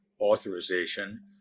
authorization